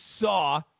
saw